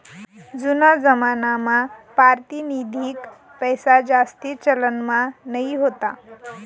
जूना जमानामा पारतिनिधिक पैसाजास्ती चलनमा नयी व्हता